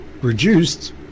reduced